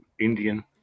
Indian